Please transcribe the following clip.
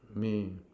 may